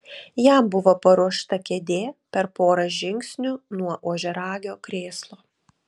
jam buvo paruošta kėdė per porą žingsnių nuo ožiaragio krėslo